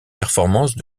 performances